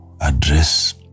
address